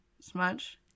smudge